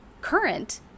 current